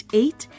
eight